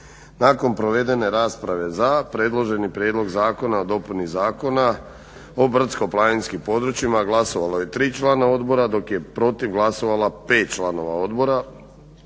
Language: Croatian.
Nakon provedene rasprave za predloženi Prijedlog zakona o dopuni zakona o brdsko-planinskim područjima glasovalo je tri člana odbora, dok je protiv glasovalo pet članova odbora.